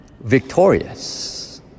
victorious